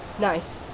nice